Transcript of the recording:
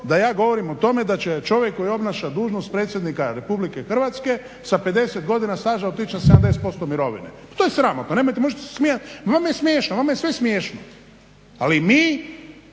da ja govorim o tome da će čovjek koji obnaša dužnost predsjednika RH sa 50 godina staža otići na 70% mirovine. Pa to je sramotno, možete se smijati. Vama je sve smiješno, ali mi